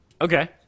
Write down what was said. Okay